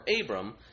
Abram